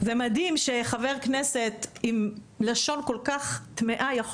ומדהים שחבר כנסת עם לשון כל כך טמאה יכול